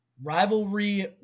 Rivalry